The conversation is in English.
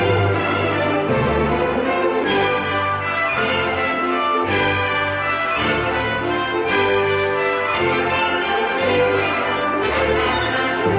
are